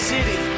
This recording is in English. City